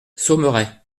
saumeray